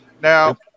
Now